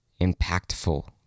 impactful